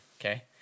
Okay